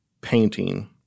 painting